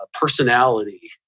personality